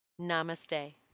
Namaste